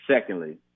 secondly